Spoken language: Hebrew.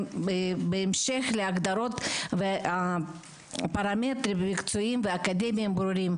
בהמשך להגדרות ולפרמטרים מקצועיים ואקדמיים ברורים,